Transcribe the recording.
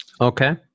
okay